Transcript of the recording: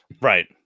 right